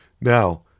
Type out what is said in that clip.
Now